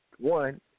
one